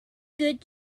good